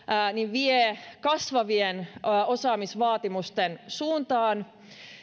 vie kasvavien osaamisvaatimusten suuntaan